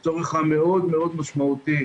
הצורך המשמעותי